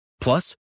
Plus